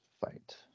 fight